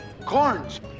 corns